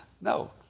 No